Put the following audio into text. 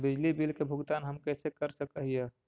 बिजली बिल के भुगतान हम कैसे कर सक हिय?